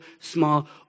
small